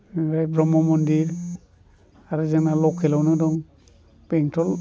ओमफ्राय ब्रह्म मन्दिर आरो जोंना लकेलावनो दं बेंथल